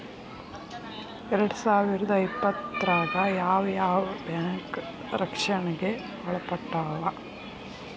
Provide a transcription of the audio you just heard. ಎರ್ಡ್ಸಾವಿರ್ದಾ ಇಪ್ಪತ್ತ್ರಾಗ್ ಯಾವ್ ಯಾವ್ ಬ್ಯಾಂಕ್ ರಕ್ಷ್ಣೆಗ್ ಒಳ್ಪಟ್ಟಾವ?